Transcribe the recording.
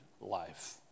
life